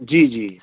जी जी